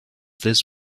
this